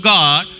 God